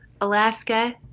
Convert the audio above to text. Alaska